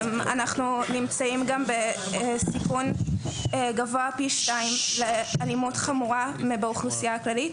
אנחנו גם נמצאים בסיכון גבוה פי 2 לאלימות חמורה מהאוכלוסייה הכללית,